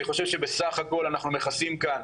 אני חושב שבסך הכל אנחנו מכסים כאן